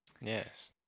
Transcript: Yes